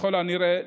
ככל הנראה,